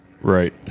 right